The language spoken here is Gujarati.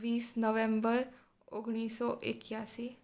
વીસ નવેમ્બર ઓગણીસો એક્યાસી